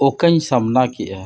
ᱚᱠᱟᱧ ᱥᱟᱢᱱᱟ ᱠᱮᱜᱼᱟ